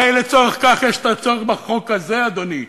הרי לצורך כך בא החוק הזה, אדוני.